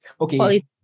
Okay